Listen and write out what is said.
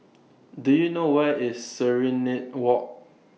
Do YOU know Where IS Serenade Walk